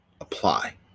apply